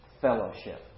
fellowship